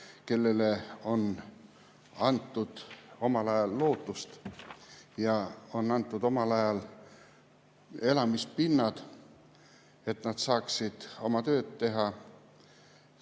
kellele anti omal ajal lootust ja anti omal ajal elamispind, et nad saaksid teha oma tööd taas